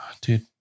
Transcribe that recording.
Dude